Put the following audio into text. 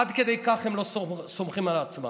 עד כדי כך הם לא סומכים על עצמם.